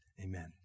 Amen